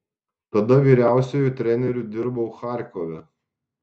tada vyriausiuoju treneriu dirbau charkove